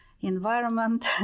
environment